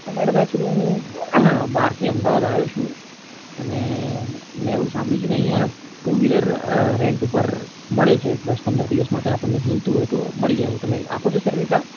madam એચયુલી હું બહારથી અમદાવાદ આવ્યો છું અને મેં એવું સાંભળ્યું છે કે અહીંયા ટુ વ્હીલર રેન્ટ ઉપર મળે છે દસ પંદર દિવસ માટે આપણને જોઈતું હોય તો મળી જાય તમે આપો છો સર્વિસ આ